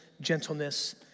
gentleness